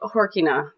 Horkina